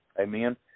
Amen